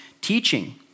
teaching